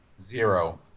Zero